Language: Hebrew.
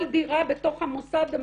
כל דירה בתוך המוסדות,